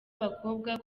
abakobwa